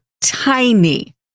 tiny